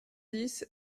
dix